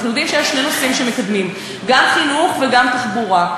אנחנו יודעים שיש שני נושאים שמקדמים: גם חינוך וגם תחבורה.